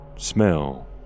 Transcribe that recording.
smell